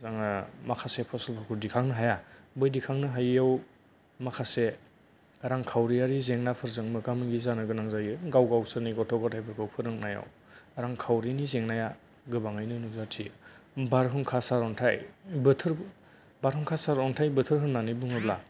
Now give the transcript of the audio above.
जोङो माखासे फसलफोरखौ दिखांनो हाया बे दिखांनो हायियाव माखासे रांखावरियारि जेंनाफोरजों मोगा मोगि जानो गोनां जायो गाव गावसोरनि गथ' गथायफोरखौ फोरोंनायाव रांखावरिनि जेंनाया गोबाङैनो नुजाथियो बारहुंखा सारअन्थाइ बोथोर बारहुंखा सारअन्थाइ बोथोर होननानै बुङोब्ला